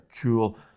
cool